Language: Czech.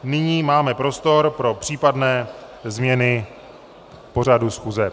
Nyní máme prostor pro případné změny pořadu schůze.